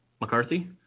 McCarthy